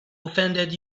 offended